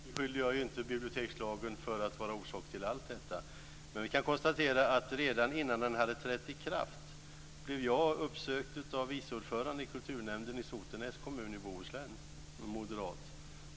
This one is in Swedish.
Fru talman! Jag beskyllde inte bibliotekslagen för att vara orsak till allt detta. Men vi kan konstatera att redan innan den hade trätt i kraft blev jag uppsökt av vice ordföranden i kulturnämnden i Sotenäs kommun i Bohuslän, en moderat.